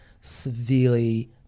severely